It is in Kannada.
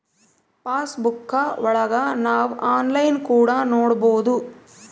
ಪಾಸ್ ಬುಕ್ಕಾ ಒಳಗ ನಾವ್ ಆನ್ಲೈನ್ ಕೂಡ ನೊಡ್ಬೋದು